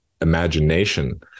imagination